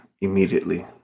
immediately